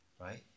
Right